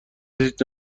هیچ